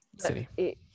City